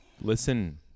listen